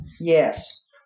Yes